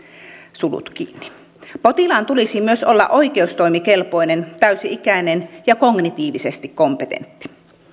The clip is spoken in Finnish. potilaan tulisi myös olla oikeustoimikelpoinen täysi ikäinen ja kognitiivisesti kompetentti